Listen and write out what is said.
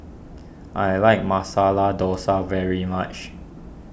I like Masala Dosa very much